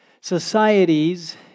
societies